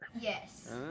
yes